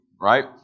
right